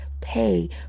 pay